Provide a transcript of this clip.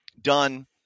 done